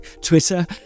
Twitter